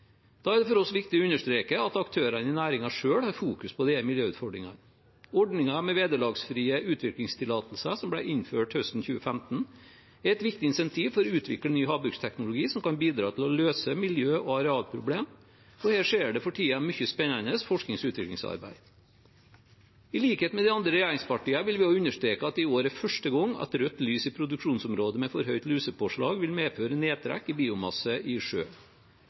Da er det for oss viktig å understreke at aktørene i næringen selv har fokus på disse miljøutfordringene. Ordningen med vederlagsfrie utviklingstillatelser, som ble innført høsten 2015, er et viktig insentiv for å utvikle ny havbruksteknologi som kan bidra til å løse miljø- og arealproblemer, og her skjer det for tiden mye spennende forsknings- og utviklingsarbeid. I likhet med de andre regjeringspartiene vil vi også understreke at det i år er første gang at rødt lys i produksjonsområder med for høyt lusepåslag vil medføre nedtrekk i biomasse i sjø.